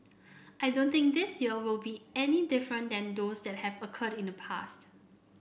I don't think this year will be any different than those that have occurred in the past